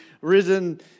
risen